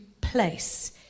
place